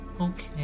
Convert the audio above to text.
Okay